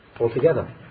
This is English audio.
altogether